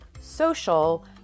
social